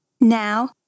Now